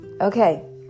Okay